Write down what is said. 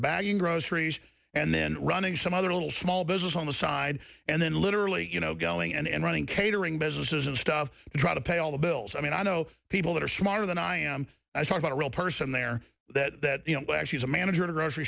bagging groceries and then running some other little small business on the side and then literally you know going and running catering businesses and stuff to try to pay all the bills i mean i know people that are smarter than i am i talk about a real person there that she's a manager at a grocery